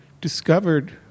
discovered